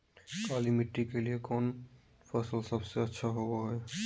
काली मिट्टी के लिए कौन फसल सब से अच्छा होबो हाय?